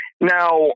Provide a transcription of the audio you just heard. Now